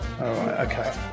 Okay